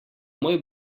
moj